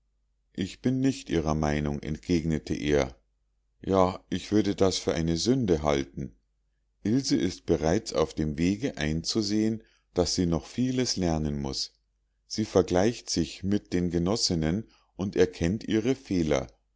ich bin nicht ihrer meinung entgegnete er ja ich würde das für eine sünde halten ilse ist bereits auf dem wege einzusehen daß sie noch vieles lernen muß sie vergleicht sich mit den genossinnen und erkennt ihre fehler